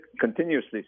continuously